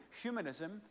humanism